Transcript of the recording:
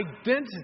identity